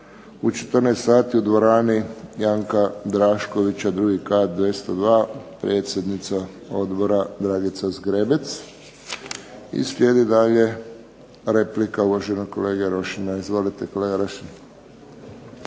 u 14 sati u dvorani "Janka Draškovića", II kat, 202, predsjednica odbora Dragica Zgrebec. I slijedi dalje replika uvaženog kolege Rošina. Izvolite, kolega Rošin.